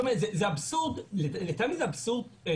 לדעתי זה אבסורד טוטאלי,